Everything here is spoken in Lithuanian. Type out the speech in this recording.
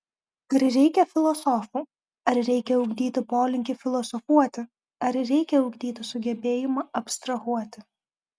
ar reikia filosofų ar reikia ugdyti polinkį filosofuoti ar reikia ugdyti sugebėjimą abstrahuoti